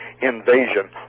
invasion